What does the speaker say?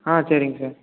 ஆ சரிங் சார்